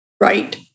Right